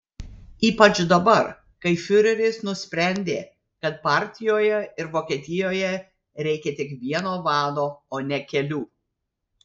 ypač dabar kai fiureris nusprendė kad partijoje ir vokietijoje reikia tik vieno vado o ne kelių